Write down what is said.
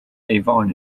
avon